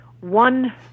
one